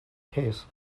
cases